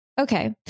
Okay